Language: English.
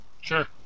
Sure